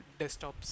desktops